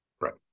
Right